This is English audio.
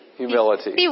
humility